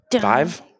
Five